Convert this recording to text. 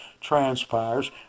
transpires